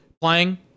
playing